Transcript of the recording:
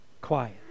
quiet